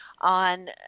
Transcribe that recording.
on